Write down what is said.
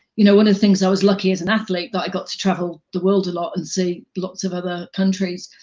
you know one of the things that i was lucky as an athlete that i got to travel the world a lot and see lots of other countries,